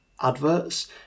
adverts